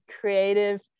creative